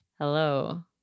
Hello